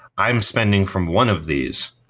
i'm spending from one of these.